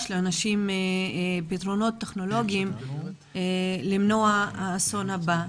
לאנשים פתרונות טכנולוגיים למנוע את האסון הבא,